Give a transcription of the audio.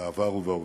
בעבר ובהווה,